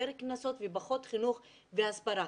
יותר קנסות ופחות חינוך והסברה.